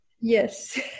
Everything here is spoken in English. Yes